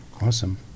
Awesome